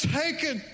taken